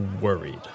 worried